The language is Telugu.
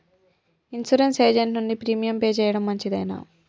ఇన్సూరెన్స్ ఏజెంట్ నుండి ప్రీమియం పే చేయడం మంచిదేనా?